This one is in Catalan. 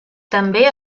també